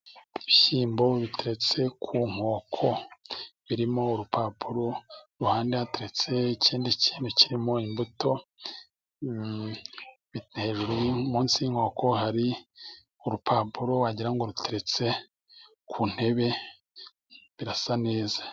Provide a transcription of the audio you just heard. Ibishyimbo biteretse ku nkoko birimo urupapuro. Ku ruhande hateretse ikindi kintu kirimo imbuto. Hejuru, munsi y'inkoko hari urupapuro wagira ngo ruteretse ku ntebe, birasa neza.